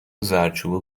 وزردچوبه